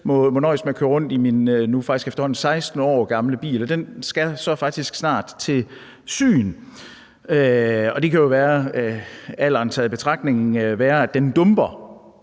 må nøjes med at køre rundt i min nu faktisk efterhånden 16 år gamle bil. Den skal så snart til syn, og det kan jo være, alderen